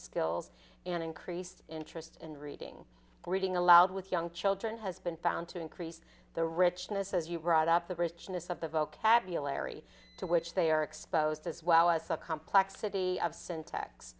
skills and increased interest in reading reading aloud with young children has been found to increase the richness as you brought up the richness of the vocabulary to which they are exposed as well as the complexity of syntax